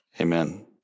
amen